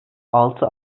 altı